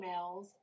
emails